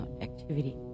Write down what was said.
activity